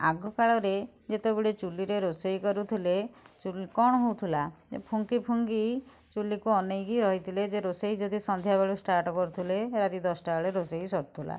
ଆଗକାଳରେ ଯେତେବେଳେ ଚୂଲିରେ ରୋଷେଇ କରୁଥିଲେ ଚୁଲ୍ କ'ଣ ହେଉଥିଲା ଯେ ଫୁଙ୍କି ଫୁଙ୍କି ଚୂଲିକି ଅନେଇକି ରହିଥିଲେ ଯେ ରୋଷେଇ ଯଦି ସନ୍ଧ୍ୟାବେଳେ ଷ୍ଟାର୍ଟ କରୁଥିଲେ ରାତି ଦଶଟାବେଳେ ରୋଷେଇ ସରୁଥିଲା